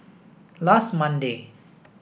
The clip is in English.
last Monday